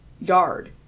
yard